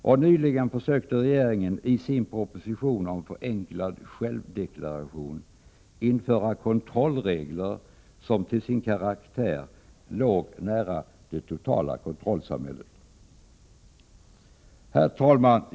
Och nyligen försökte regeringen i sin proposition om förenklad självdeklaration införa kontrollregler som till sin karaktär låg nära det totala kontrollsamhällets regler. Herr talman!